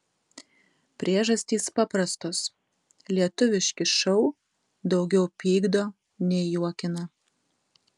priežastys paprastos lietuviški šou daugiau pykdo nei juokina